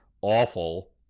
awful